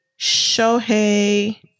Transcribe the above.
Shohei